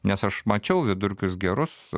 nes aš mačiau vidurkius gerus